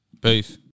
Peace